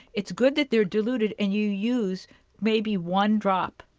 it's good that they're diluted and you use maybe one drop.